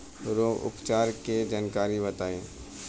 रोग उपचार के जानकारी बताई?